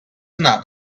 not